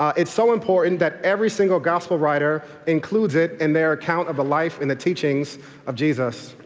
it's so important that every single gospel writer includes it in their account of the life and the teachings of jesus.